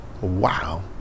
wow